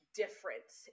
difference